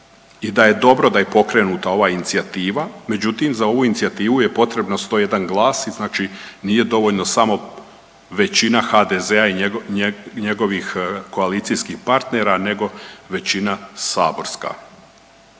i da je dobro da je pokrenuta ova inicijativa. Međutim, za ovu inicijativu je potreban 101 glas i znači nije dovoljno samo većina HDZ-a i njegovih koalicijskih partnera nego većina saborska.